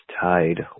tied